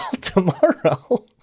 tomorrow